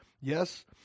Yes